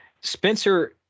Spencer